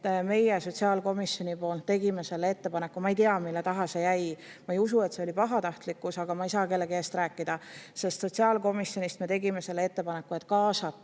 Meie sotsiaalkomisjonis tegime selle ettepaneku. Ma ei tea, mille taha see jäi. Ma ei usu, et see oli pahatahtlikkus, aga ma ei saa kellegi eest rääkida. Sotsiaalkomisjonis me tegime selle ettepaneku, et kaasata